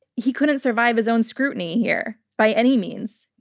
he couldn't survive his own scrutiny here, by any means.